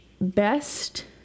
best